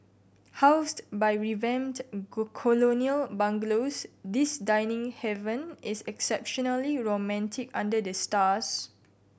housed by revamped colonial bungalows this dining haven is exceptionally romantic under the stars